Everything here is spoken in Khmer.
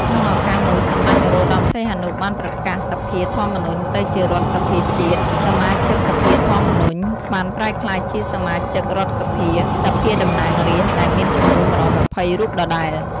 ក្នុងឱកាសនោះសម្តេច នរោត្តម សីហនុ បានប្រកាសសភាធម្មនុញ្ញទៅជារដ្ឋសភាជាតិ សមាជិកសភាធម្មនុញ្ញ បានប្រែក្លាយជាសមាជិករដ្ឋសភា «សភាតំណាងរាស្ត្រ» ដែលមានចំនួន ១២០ រូបដដែល។